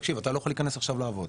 תקשיב אתה לא יכול להיכנס עכשיו לעבוד,